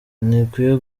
ntikwiye